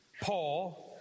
Paul